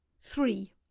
Three